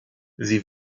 sie